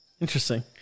Interesting